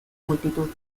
multitud